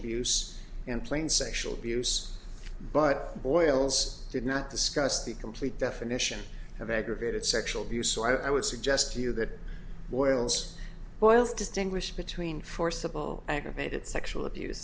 abuse and plain sexual abuse but boyle's did not discuss the complete definition of aggravated sexual abuse so i would suggest to you that boils boils distinguish between forcible aggravated sexual abuse